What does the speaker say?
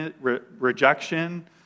rejection